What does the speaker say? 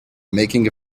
making